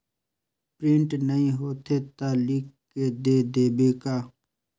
Print नइ होथे ता लिख के दे देबे का?